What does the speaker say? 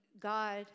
God